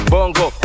Bongo